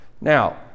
Now